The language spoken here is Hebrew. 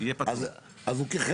אז הוא יהיה פטור.